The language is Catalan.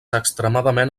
extremadament